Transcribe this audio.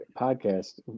podcast